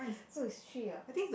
so is three ah